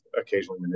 occasionally